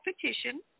petition